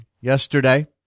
yesterday